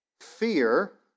fear